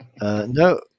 No